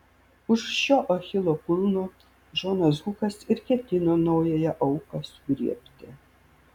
už šio achilo kulno džonas hukas ir ketino naująją auką sugriebti